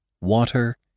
water